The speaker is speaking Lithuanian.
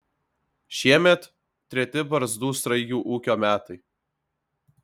šiemet treti barzdų sraigių ūkio metai